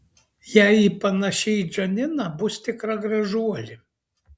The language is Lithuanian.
jei ji panaši į džaniną bus tikra gražuolė